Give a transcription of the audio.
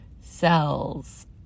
cells